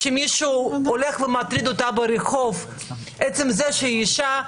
שמישהו הולך ומטריד אותה ברחוב על עצם זה שהיא אישה.